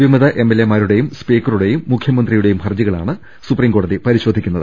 വിമത എംഎൽഎമാരുടേയും സ്പീക്കറുടേയും മുഖ്യമന്ത്രിയുടേയും ഹർജികളാണ് സുപ്രീം കോടതി പരിശോധി ക്കുന്നത്